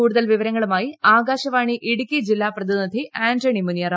കൂടുതൽ വിവരങ്ങളുമായി ആകാശവാണി ഇടുക്കി ജില്ലാ പ്രതിനിധി ആന്റണി മുനിയറ